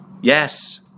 Yes